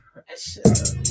Pressure